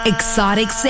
Exotic